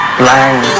blind